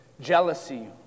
jealousy